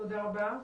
תודה רבה.